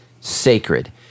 sacred